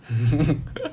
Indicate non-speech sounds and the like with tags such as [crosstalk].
[laughs]